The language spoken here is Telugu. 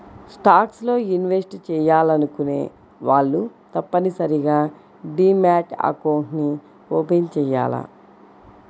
స్టాక్స్ లో ఇన్వెస్ట్ చెయ్యాలనుకునే వాళ్ళు తప్పనిసరిగా డీమ్యాట్ అకౌంట్ని ఓపెన్ చెయ్యాలి